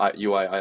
UI